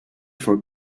for